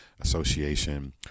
Association